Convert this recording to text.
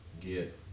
get